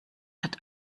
hat